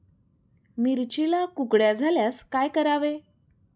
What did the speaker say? मिरचीला कुकड्या झाल्यास काय करावे?